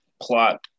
plot